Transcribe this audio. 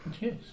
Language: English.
Yes